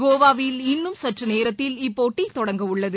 கோவாவில் இன்னும் சற்று நேரத்தில் இப்போட்டி தொடங்க உள்ளது